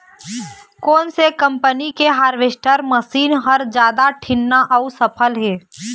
कोन से कम्पनी के हारवेस्टर मशीन हर जादा ठीन्ना अऊ सफल हे?